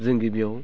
जों गिबियाव